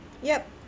yup